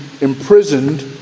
imprisoned